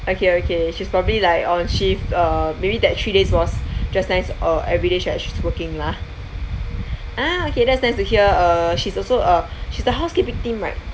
okay okay she's probably like on shift uh maybe that three days was just nice uh everyday she has she's working lah ah okay that's nice to hear uh she's also uh she's the housekeeping team right